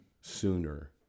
sooner